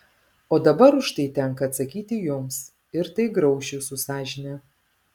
o dabar už tai tenka atsakyti jums ir tai grauš jūsų sąžinę